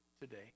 today